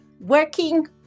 Working